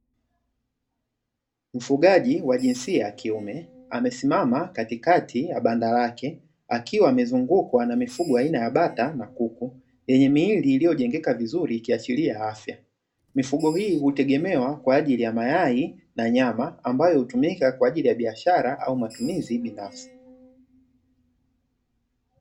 Mfugaji wa jinsia ya kiume, amesimama katikati ya banda lake akiwa amezungukwa na mifugo aina ya bata na kuku, yenye miili iliyojengeka vizuri ikiashiria afya. Mifugo hii hutegemewa kwa ajili ya mayai na nyama, ambapo hutumika kwa ajili ya biashara au matumizi binafsi.